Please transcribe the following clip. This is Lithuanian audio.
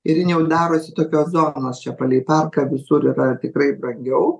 ir jin darosi tokios zonos čia palei parką visur yra tikrai brangiau